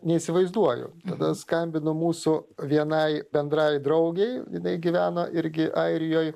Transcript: neįsivaizduoju tada skambinu mūsų vienai bendrai draugei jinai gyveno irgi airijoj